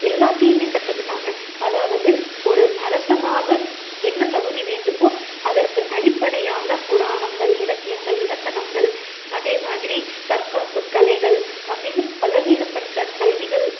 எல்லாத்தையும் கற்றுக்கிட்டாங்க அதாவது ஒரு அரசனாக என்ன தகுதி வேண்டுமோ அதற்கு அடிப்படையான புராணங்கள் இலக்கியங்கள் இலக்கணங்கள் அதேமாதிரி தற்காப்பு கலைகள் அப்படின்னு பல்வேறுபட்ட கல்விகள்